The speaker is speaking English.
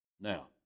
Now